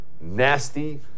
nasty